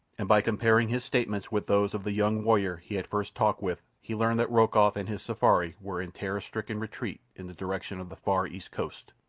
and by comparing his statements with those of the young warrior he had first talked with he learned that rokoff and his safari were in terror-stricken retreat in the direction of the far east coast.